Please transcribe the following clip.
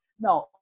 No